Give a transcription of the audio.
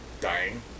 Dying